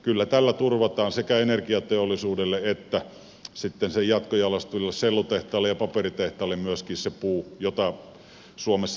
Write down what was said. kyllä tällä turvataan sekä energiateollisuudelle että sitten sen jatkojalostajille sellutehtaille ja paperitehtaille myöskin se puu jota suomessa tarvitaan